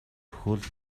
хөл